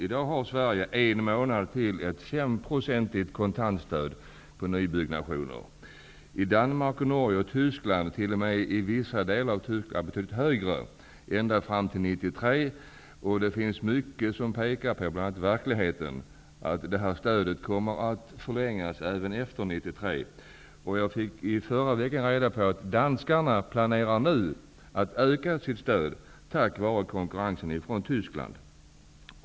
I dag har vi i Sverige under ännu en månad ett 5-procentigt kontantstöd till nybyggnationer. I Danmark, Norge och Tyskland är kontantstödet betydligt högre ända fram till 1993, och det finns mycket -- bl.a. verkligheten -- som pekar på att det här stödet kommer att förlängas även efter 1993. Jag fick i förra veckan reda på att danskarna nu planerar att öka sitt stöd just på grund av konkurrensen från Tyskland.